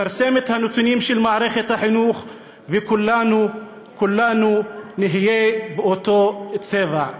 יפרסם את הנתונים של מערכת החינוך וכולנו נהיה באותו צבע.